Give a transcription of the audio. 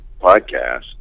podcast